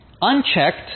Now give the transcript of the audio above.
Unchecked